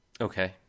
okay